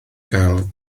gael